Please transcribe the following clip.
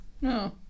No